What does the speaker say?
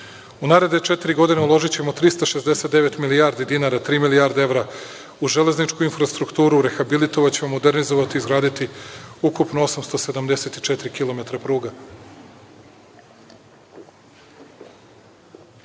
naredne četiri godine uložićemo 369 milijardi dinara, tri milijarde evra u železničku infrastrukturu, rehabilitovaćemo, modernizovati, izgraditi ukupno 874 kilometara pruga.U